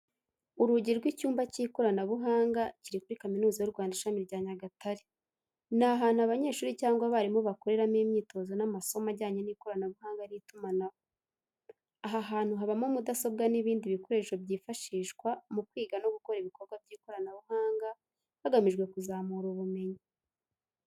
Urugi rw'icyumba cy'ikoranabuhanga kiri kuri Kaminuza y'uRwanda ishami rya nyagatare. Ni ahantu abanyeshuri cyangwa abarimu bakoreramo imyitozo n'amasomo ajyanye n'ikoranabuhanga n'itumanaho. . Aha hantu habamo mudasobwa n'ibindi bikoresho byifashishwa mu kwiga no gukora ibikorwa by’ikoranabuhanga hagamijwe kuzamura ubumenyi.